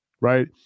right